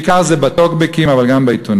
בעיקר זה בטוקבקים אבל גם בעיתונים.